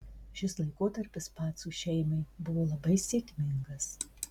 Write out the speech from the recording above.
šis laikotarpis pacų šeimai buvo labai sėkmingas